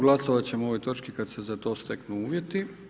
Glasovat ćemo o ovoj točki kad se za to steknu uvjeti.